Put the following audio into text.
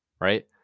Right